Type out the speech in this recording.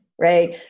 right